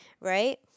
Right